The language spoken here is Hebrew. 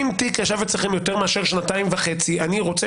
אם תיק ישב אצלכם יותר מאשר שנתיים וחצי אני רוצה